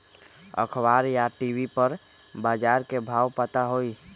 अखबार या टी.वी पर बजार के भाव पता होई?